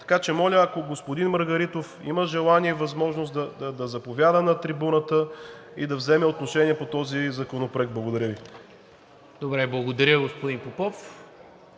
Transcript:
Така че, моля, ако господин Маргаритов има желание и възможност, да заповяда на трибуната и да вземе отношение по този законопроект. Благодаря Ви. ПРЕДСЕДАТЕЛ НИКОЛА МИНЧЕВ: Добре, благодаря, господин Попов.